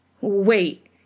Wait